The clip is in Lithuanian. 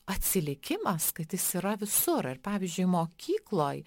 atsilikimas kad jis yra visur ir pavyzdžiui mokykloj